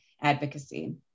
advocacy